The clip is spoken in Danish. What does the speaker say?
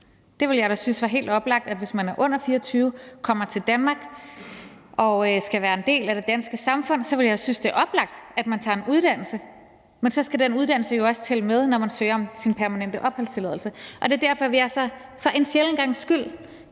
det ville være helt oplagt, at man, hvis man er under 24 år og kommer til Danmark og skal være en del af det danske samfund, tager en uddannelse, men så skal den uddannelse jo også tælle med, når man søger om sin permanente opholdstilladelse. Det er derfor, at vi for en sjælden gangs skyld